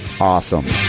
Awesome